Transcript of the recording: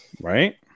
Right